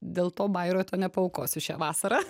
dėl to bairoto nepaaukosiu šią vasarą